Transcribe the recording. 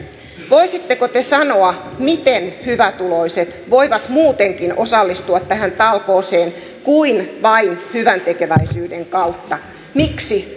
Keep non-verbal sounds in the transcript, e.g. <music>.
voisitteko te sanoa miten hyvätuloiset voivat muutenkin osallistua tähän talkooseen kuin vain hyväntekeväisyyden kautta miksi <unintelligible>